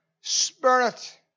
Spirit